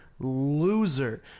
loser